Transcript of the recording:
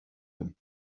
him